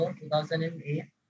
2008